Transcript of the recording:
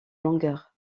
longueur